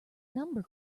number